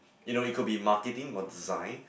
you know it could be marketing or design